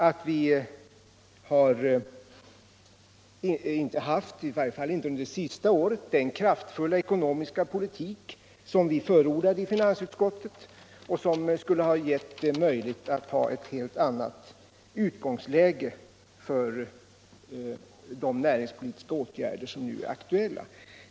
Vi har heller inte haft — i varje fall inte under det senaste året — den kraftfulla ekonomiska politik som vi förordade i finansutskottet i december i fjol och som skulle ha givit oss ett helt annat utgångsläge för de näringspolitiska åtgärder som nu är aktuella.